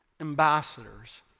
ambassadors